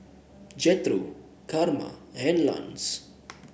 Jethro Karma and Lance